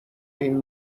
این